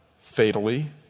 fatally